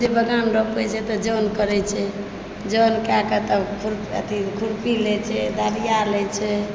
जे बगान रोपय छै तऽ जन करए छै जन कए कऽ तब अथी खुरपी लए छै डलिआ लए छै